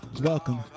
welcome